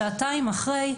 שעתיים אחרי,